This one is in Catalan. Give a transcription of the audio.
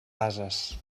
ases